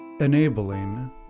enabling